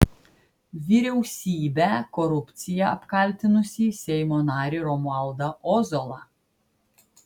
vyriausybę korupcija apkaltinusį seimo narį romualdą ozolą